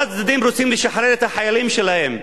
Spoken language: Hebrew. כל הצדדים רוצים לשחרר את החיילים שלהם.